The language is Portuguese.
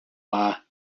bar